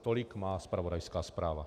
Tolik má zpravodajská zpráva.